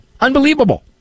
Unbelievable